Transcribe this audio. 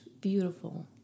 beautiful